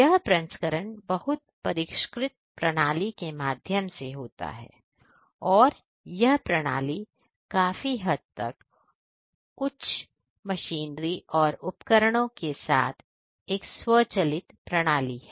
यह प्रसंस्करण बहुत परिष्कृत प्रणाली के माध्यम से होता है और यह प्रणाली काफी हद तक उच्च अंत मशीनरी और उपकरणों के साथ एक स्वचालित प्रणाली है